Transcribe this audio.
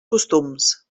costums